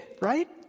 right